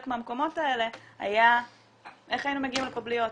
מהמקומות היה איך היינו מגיעים לפה בלי אוטו.